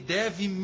deve